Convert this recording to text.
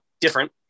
different